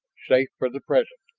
safe for the present,